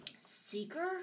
Seeker